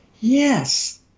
yes